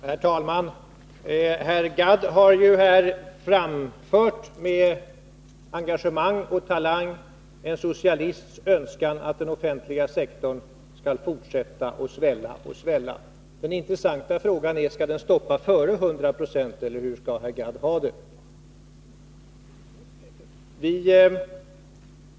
Herr talman! Herr Gadd har med engagemang och talang framfört en socialists önskan att den offentliga sektorn skall fortsätta att svälla. Den intressanta frågan är: Skall den stoppa före 100 22, eller hur skall herr Gadd ha det?